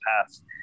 past